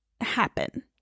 happen